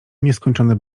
nieskończone